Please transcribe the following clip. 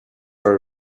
are